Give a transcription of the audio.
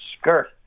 skirt